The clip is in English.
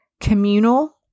communal